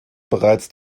bereits